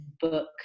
book